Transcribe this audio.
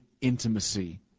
intimacy